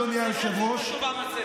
אדוני היושב-ראש,